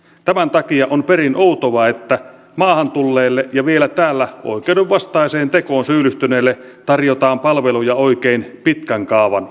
tämän takia on perin outoa että maahan tulleille ja vielä täällä oikeuden vastaiseen tekoon syyllistyneille tarjotaan palveluja oikein pitkän kaavan mukaan